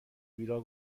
بیراه